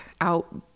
out